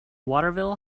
waterville